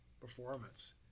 performance